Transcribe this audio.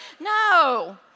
No